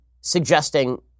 suggesting